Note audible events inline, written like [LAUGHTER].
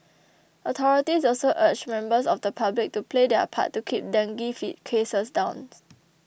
authorities also urged members of the public to play their part to keep dengue [UNINTELLIGIBLE] cases downs